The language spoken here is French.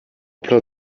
plein